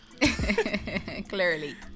Clearly